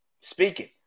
Speaking